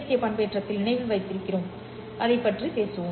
K பண்பேற்றத்தில் நினைவில் வைத்திருக்கிறோம் பற்றி பேசினார்